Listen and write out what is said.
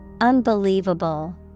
Unbelievable